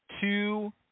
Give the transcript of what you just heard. Two